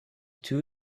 two